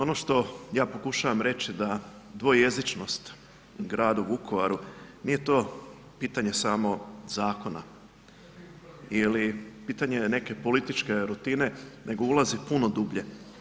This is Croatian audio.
Ono što ja pokušavam reći da dvojezičnost u gradu Vukovaru, nije to pitanje samo zakona ili pitanje neke političke rutine, nego ulazi puno dublje.